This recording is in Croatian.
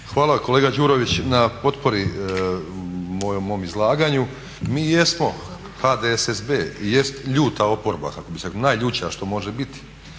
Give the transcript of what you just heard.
Hvala kolega Đurović na potpori mom izlaganju. Mi jesmo HDSSB i jest ljuta oporba kako bi